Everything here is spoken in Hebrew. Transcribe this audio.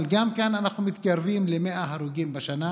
אבל גם כאן אנחנו מתקרבים ל-100 הרוגים בשנה.